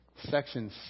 section